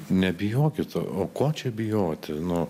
nebijokit o ko čia bijoti nu